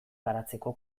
garatzeko